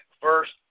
first